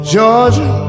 Georgia